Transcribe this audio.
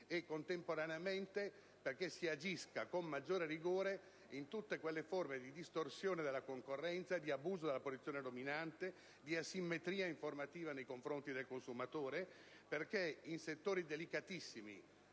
e, contemporaneamente, affinché si agisca con maggiore rigore in tutte quelle forme di distorsione della concorrenza, di abuso della posizione dominante, di asimmetria informativa nei confronti del consumatore perché in settori delicatissimi